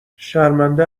شرمنده